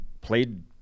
played